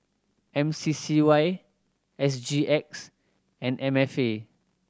M C C Y S G X and M F A